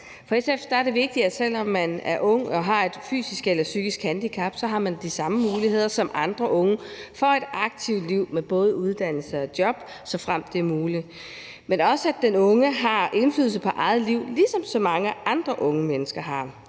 For SF er det vigtigt, at man, selv om man er ung og har et fysisk eller psykisk handicap, har de samme muligheder som andre unge for et aktivt liv med både uddannelse og job, såfremt det er muligt, men også at den unge har indflydelse på eget liv, ligesom så mange andre unge mennesker har.